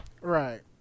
Right